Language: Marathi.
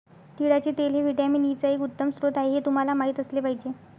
तिळाचे तेल हे व्हिटॅमिन ई चा एक उत्तम स्रोत आहे हे तुम्हाला माहित असले पाहिजे